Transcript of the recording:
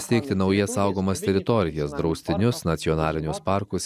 steigti naujas saugomas teritorijas draustinius nacionalinius parkus